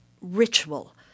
ritual